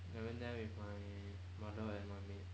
I went there with my mother and my maid